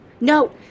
No